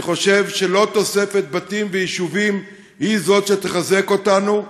אני חושב שלא תוספת בתים ויישובים היא שתחזק אותנו,